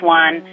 one